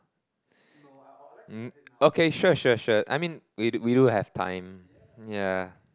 um okay sure sure sure I mean we do we do have time yeah